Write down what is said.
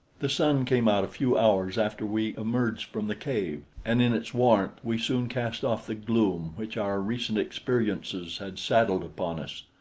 the sun came out a few hours after we emerged from the cave, and in its warmth we soon cast off the gloom which our recent experiences had saddled upon us.